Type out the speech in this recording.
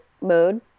mode